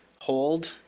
hold